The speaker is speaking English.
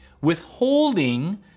withholding